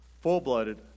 Full-blooded